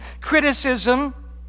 criticism